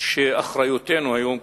שאחריותנו היום,